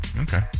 okay